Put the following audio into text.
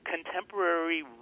contemporary